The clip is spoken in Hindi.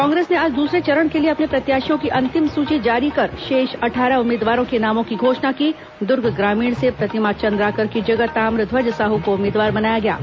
कांग्रेस ने आज दूसरे चरण के लिए अपने प्रत्याशियों की अंतिम सूची जारी कर शेष अट्ठारह उम्मीदवारों के नामों की घोषणा की दर्ग ग्रामीण से प्रतिमा चंद्राकर की जगह ताम्रध्वज साह को उम्मीदवार बनाया गया है